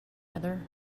other